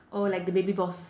oh like the baby boss